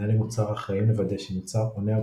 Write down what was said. מנהלי מוצר אחראים לוודא שמוצר עונה על